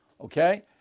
okay